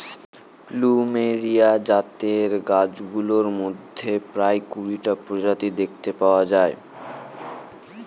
plumeria জাতের গাছগুলোর মধ্যে প্রায় কুড়িটা প্রজাতি দেখতে পাওয়া যায়